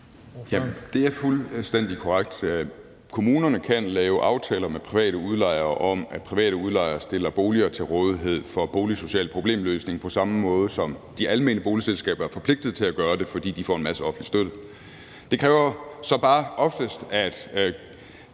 Det er fuldstændig korrekt. Kommunerne kan lave aftaler med private udlejere om, at private udlejere stiller boliger til rådighed for boligsocial problemløsning på samme måde, som de almene boligselskaber er forpligtet til at gøre det, fordi de får en massiv offentlig støtte. Det kræver så bare oftest, at